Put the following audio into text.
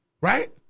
right